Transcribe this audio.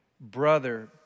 brother